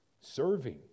serving